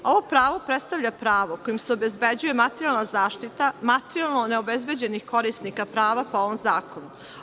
Ovo pravo predstavlja pravo kojim se obezbeđuje materijalna zaštita materijalno neobezbeđenih korisnika prava po ovom zakonu.